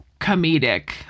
comedic